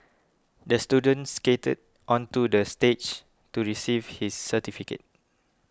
the student skated onto the stage to receive his certificate